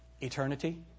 eternity